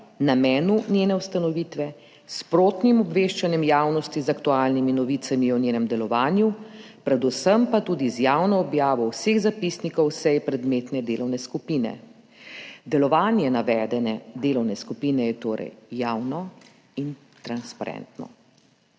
namenu njene ustanovitve, s sprotnim obveščanjem javnosti z aktualnimi novicami o njenem delovanju, predvsem pa tudi z javno objavo vseh zapisnikov sej predmetne delovne skupine.« Delovanje navedene delovne skupine je torej javno in transparentno.